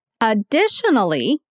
Additionally